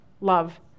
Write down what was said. love